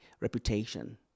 reputation